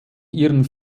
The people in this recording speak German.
ihren